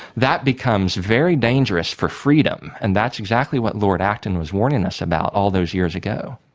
that becomes very dangerous for freedom. and that's exactly what lord acton was warning us about all those years ago.